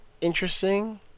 interesting